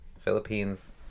Philippines